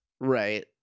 Right